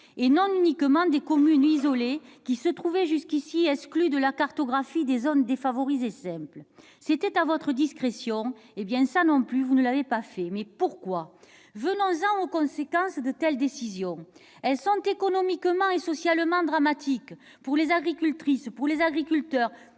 et non uniquement des communes isolées, territoires qui se trouvaient jusqu'ici exclus de la cartographie des zones défavorisées simples. Ce choix était à votre discrétion, mais vous ne l'avez pas retenu. Pourquoi ? Venons-en aux conséquences de telles décisions. Elles sont économiquement et socialement dramatiques, pour les agricultrices et les agriculteurs